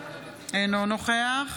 אינו נוכח